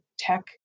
Tech